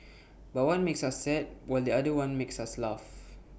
but one makes us sad while the other one makes us laugh